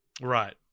right